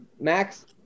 Max